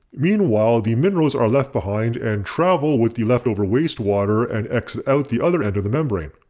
meanwhile the minerals are left behind and travel with the leftover wastewater and exit out the other end of the membrane.